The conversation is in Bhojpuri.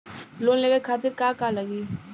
लोन लेवे खातीर का का लगी?